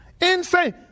Insane